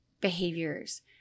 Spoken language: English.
behaviors